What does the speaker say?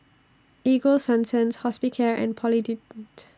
Ego Sunsense Hospicare and Polident